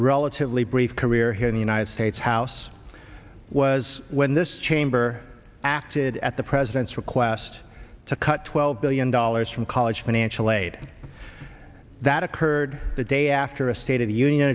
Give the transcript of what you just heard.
relatively brief career here in the united states house was when this chamber acted at the president's request to cut twelve billion dollars from college financial aid that occurred the day after a state of the union